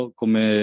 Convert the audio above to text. come